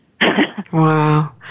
Wow